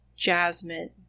Jasmine